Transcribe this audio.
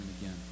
again